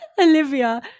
Olivia